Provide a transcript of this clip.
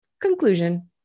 conclusion